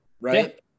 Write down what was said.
right